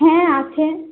হ্যাঁ আছে